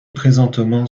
présentement